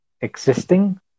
existing